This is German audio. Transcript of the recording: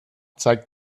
zeigt